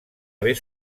haver